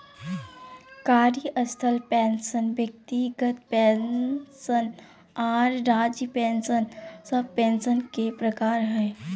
कार्यस्थल पेंशन व्यक्तिगत पेंशन आर राज्य पेंशन सब पेंशन के प्रकार हय